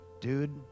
dude